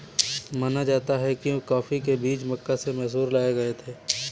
माना जाता है कि कॉफी के बीज मक्का से मैसूर लाए गए थे